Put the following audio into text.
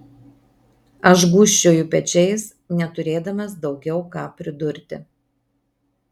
aš gūžčioju pečiais neturėdamas daugiau ką pridurti